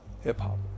hip-hop